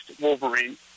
Wolverine